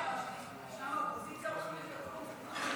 אפשר מהאופוזיציה חמש דקות?